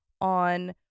on